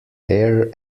air